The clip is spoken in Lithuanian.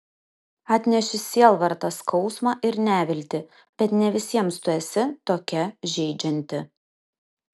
atneši sielvartą skausmą ir neviltį bet ne visiems tu esi tokia žeidžianti